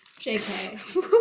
JK